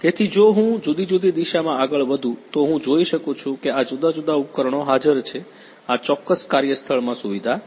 તેથી જો હું જુદી જુદી દિશામાં આગળ વધું તો હું જોઈ શકું છું કે આ જુદા જુદા ઉપકરણો હાજર છે આ ચોક્કસ કાર્યસ્થળમાં સુવિધા છે